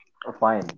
Fine